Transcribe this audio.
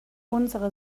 unsere